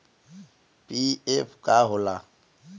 PF का होला?